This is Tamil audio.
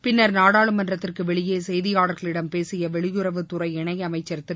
பின்னா் நாடாளுமன்றத்திற்கு வெளியே செய்தியாளர்களிடம் பேசிய வெளியுறவுத்துறை இணையமைச்ச் திரு